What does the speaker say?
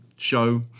show